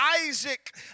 Isaac